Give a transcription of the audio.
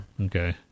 Okay